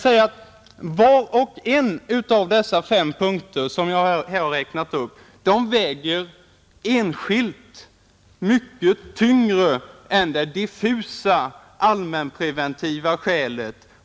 Var och en av dessa fem punkter som jag här räknat upp väger enskilt mycket tyngre än det diffusa allmänpreventiva skälet.